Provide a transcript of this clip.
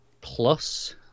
plus